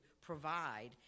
provide